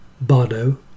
Bardo